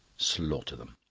slaughter them.